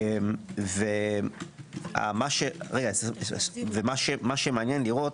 מה שמעניין לראות,